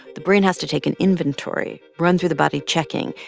the brain has to take an inventory, run through the body, checking.